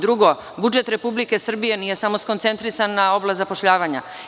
Drugo, budžet Republike Srbije nije samo skoncentrisan na oblast zapošljavanja.